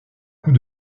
coup